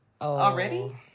already